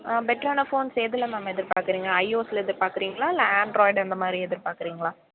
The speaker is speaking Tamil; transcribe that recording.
பெட்ரான ஃபோன்ஸ் எதில் மேம் எதிர்பார்க்கிறீங்க ஐஓஸ்ஸில் எதிர்பார்க்கிறீங்களா இல்லை ஆன்ட்ராய்டு அந்த மாதிரி எதிர்பார்க்கிறீங்களா